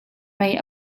mei